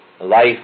life